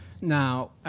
Now